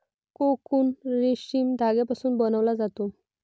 cocoon रेशीम धाग्यापासून बनवला जातो